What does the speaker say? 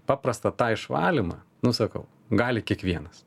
paprasta tą išvalymą nu sakau gali kiekvienas